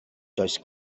does